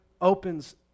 opens